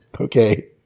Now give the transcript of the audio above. Okay